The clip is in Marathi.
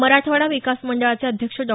मराठवाडा विकास मंडळाचे अध्यक्ष डॉ